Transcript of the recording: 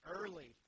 Early